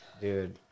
Dude